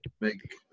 make